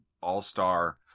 all-star